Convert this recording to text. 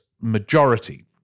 majority